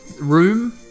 room